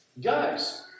guys